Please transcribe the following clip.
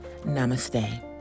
Namaste